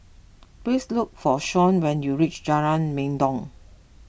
please look for Shawn when you reach Jalan Mendong